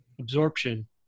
absorption